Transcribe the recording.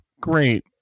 great